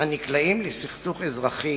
הנקלעים לסכסוך אזרחי